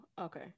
okay